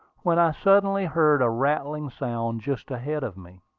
when i suddenly heard a rattling sound just ahead of me.